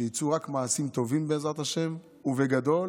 שיצאו רק מעשים טובים בעזרת השם ובגדול.